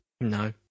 No